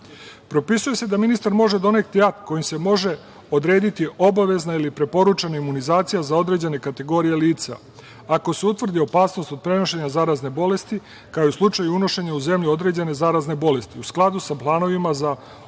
se da ministar može doneti akt kojim se može odrediti obavezna ili preporučena imunizacija za određene kategorije lica ako se utvrdi opasnost od prenošenja zarazne bolesti, kao i u slučaju unošenja u zemlju određene zarazne bolesti u skladu sa planovima za odstranjivanje